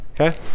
okay